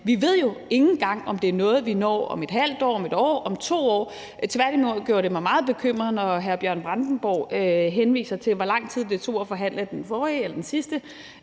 Vi ved jo ikke engang, om det er noget, vi når om et halvt år, om et år, om to år. Tværtimod gjorde det mig meget bekymret, da hr. Bjørn Brandenborg henviste til, hvor lang tid det tog at forhandle den sidste